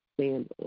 Stand